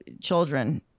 children